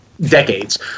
decades –